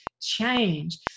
Change